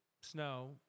snow